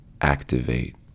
activate